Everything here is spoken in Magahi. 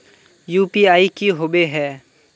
यु.पी.आई की होबे है?